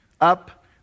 up